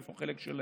איפה החלק שלהם.